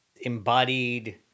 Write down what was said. embodied